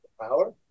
Power